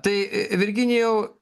tai virginijau